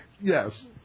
Yes